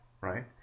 right